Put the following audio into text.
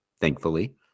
thankfully